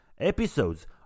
Episodes